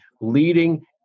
leading